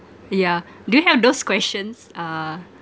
yeah do you have those questions uh